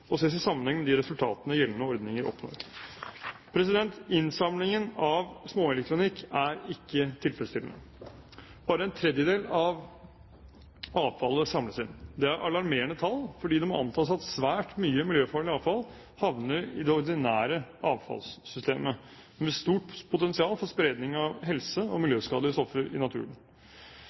og elektronikkbransjen, og ses i sammenheng med de resultatene gjeldende ordninger oppnår. Innsamlingen av småelektronikk er ikke tilfredsstillende. Bare en tredjedel av avfallet samles inn. Det er alarmerende tall, fordi det må antas at svært mye miljøfarlig avfall havner i det ordinære avfallssystemet med stort potensial for spredning av helse- og miljøskadelige stoffer i naturen.